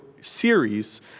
series